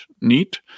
neat